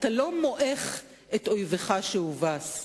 אתה לא מועך את אויבך שהובס.